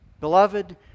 beloved